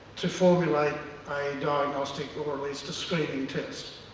to formulate a diagnostic, or at least a screening test,